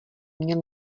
měl